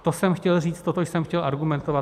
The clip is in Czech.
To jsem chtěl říct, toto jsem chtěl argumentovat.